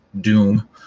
doom